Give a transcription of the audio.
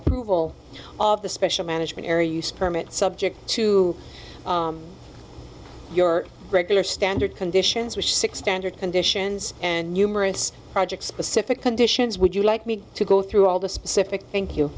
approval of the special management area use permit subject to your regular standard conditions were six standard conditions and numerous project specific conditions would you like me to go through all the specific thank